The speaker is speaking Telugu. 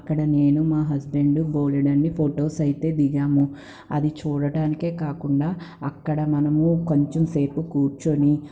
అక్కడ నేను మా హస్బెండు బోలెడన్ని ఫొటోస్ అయితే దిగాము అది చూడటానికే కాకుండా అక్కడ మనము కొంచంసేపు కూర్చొని